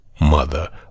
mother